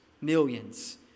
Millions